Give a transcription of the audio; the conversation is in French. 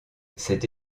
cette